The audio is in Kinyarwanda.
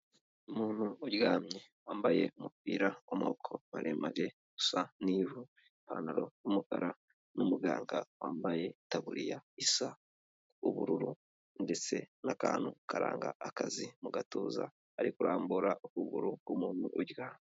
Umuntu uryamye wambaye umupira w'amaboko maremare usa n'ivu ipantaro y'umukara, ni umuganga wambaye itabuririya isa ubururu ndetse n'akantu karanga akazi mu gatuza, ari kurambura ukuguru k'umuntu uryamye.